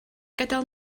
gadael